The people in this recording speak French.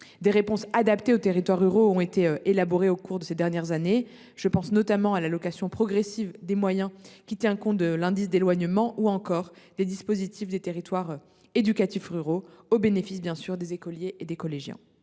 Des réponses adaptées aux territoires ruraux ont été élaborées au cours des dernières années : je pense notamment à l’allocation progressive des moyens, qui tient compte de l’indice d’éloignement, ou encore au dispositif Territoires éducatifs ruraux, au bénéfice des écoliers et des collégiens.